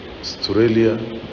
Australia